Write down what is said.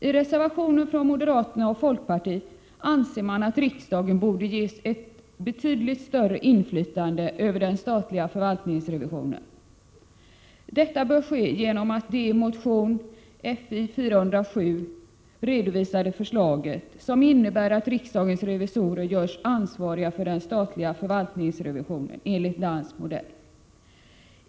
I reservationen från moderaterna och folkpartiet hävdar man att riksdagen borde ges ett betydligt större inflytande över den statliga förvaltningsrevisionen. Detta bör ske genom det i motionen Fi407 redovisade förslaget, som innebär att riksdagens revisorer görs ansvariga för den statliga förvaltningsrevisionen enligt dansk modell.